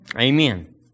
Amen